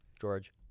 George